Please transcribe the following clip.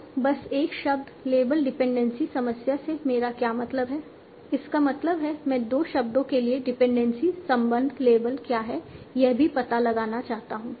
तो बस एक शब्द लेबल डिपेंडेंसी समस्या से मेरा क्या मतलब है इसका मतलब है मैं दो शब्दों के लिए डिपेंडेंसी संबंध लेबल क्या है यह भी पता लगाना चाहता हूं